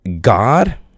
god